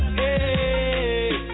hey